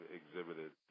exhibited